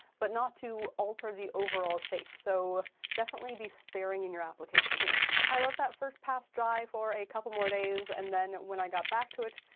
but not to alter the overall shape. so definitely be sparing in your application here. i let that first pass dry for a couple more days. and then when i got back to it,